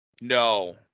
No